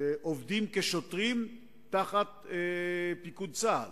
שעובדים כשוטרים תחת פיקוד צה"ל,